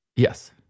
Yes